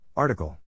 Article